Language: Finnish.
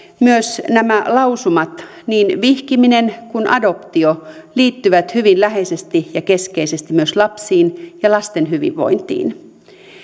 myös nämä lausumat niin vihkiminen kuin adoptio liittyvät hyvin läheisesti ja keskeisesti myös lapsiin ja lasten hyvinvointiin